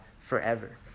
forever